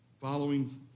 following